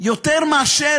יותר מאשר,